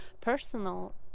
personal